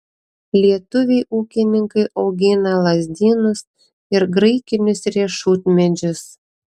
lietuviai ūkininkai augina lazdynus ir graikinius riešutmedžius